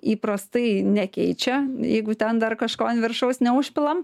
įprastai nekeičia jeigu ten dar kažko ant viršaus neužpilam